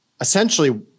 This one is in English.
essentially